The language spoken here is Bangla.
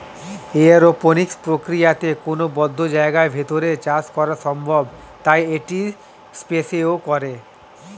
এরওপনিক্স প্রক্রিয়াতে কোনো বদ্ধ জায়গার ভেতর চাষ করা সম্ভব তাই এটি স্পেসেও করে